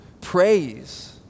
praise